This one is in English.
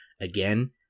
again